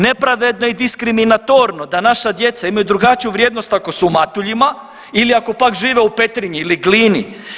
Nepravedno je i diskriminatorno da naša djeca imaju drugačiju vrijednost ako su u Matuljima ili ako pak žive u Petrinji ili Glini.